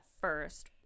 first